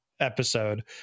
episode